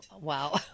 wow